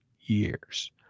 years